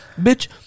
bitch